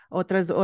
outras